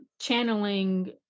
channeling